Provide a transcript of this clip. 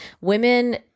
women